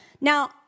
Now